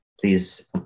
Please